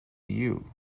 you